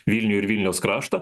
vilnių ir vilniaus kraštą